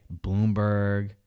Bloomberg